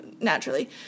naturally